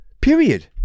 Period